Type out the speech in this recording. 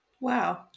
wow